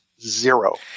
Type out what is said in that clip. zero